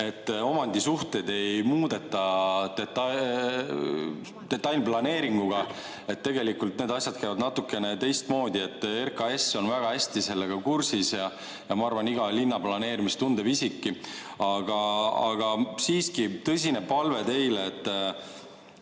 Omandisuhteid ei muudeta detailplaneeringuga, tegelikult need asjad käivad natukene teistmoodi. RKAS on väga hästi sellega kursis ja ma arvan, et iga linnaplaneerimist tundev isik ka. Aga siiski tõsine palve teile, et